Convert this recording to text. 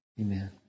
Amen